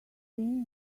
seen